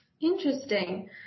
Interesting